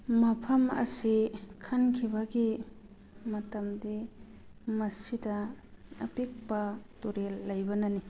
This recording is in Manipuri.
ꯃꯐꯝ ꯑꯁꯤ ꯈꯟꯈꯤꯕꯒꯤ ꯃꯇꯝꯗꯤ ꯃꯁꯤꯗ ꯑꯄꯤꯛꯄ ꯇꯨꯔꯦꯜ ꯂꯩꯕꯅꯅꯤ